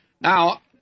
Now